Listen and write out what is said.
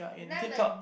lemon